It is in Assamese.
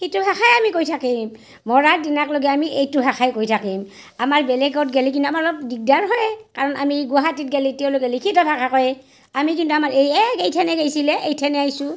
সিটো ভাষাই আমি কৈ থাকিম মৰাৰ দিনাক লেগি আমি এইটো ভাষাই কৈ থাকিম আমাৰ বেলেগত গেলি কিন্তু আমাৰ অলপ দিগ্দাৰ হয় কাৰণ আমি গুৱাহাটীত গেলিতো তেওঁলোকে লিখিত ভাষা কয় আমি কিন্তু আমাৰ এই এইথেনে গেইছিলে এইথেনে আইছোঁ